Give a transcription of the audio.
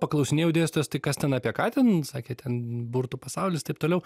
paklausinėjau dėstytojos tai kas ten apie ką ten sakė ten burtų pasaulis taip toliau